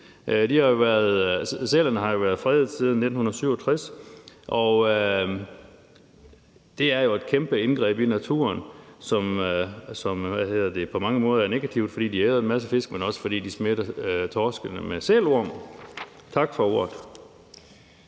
sælerne har jo været fredet siden 1967, og det er et kæmpe indgreb i naturen, som på mange måder er negativt, fordi de æder en masse fisk, men også fordi de smitter torskene med sælorm. Tak for ordet.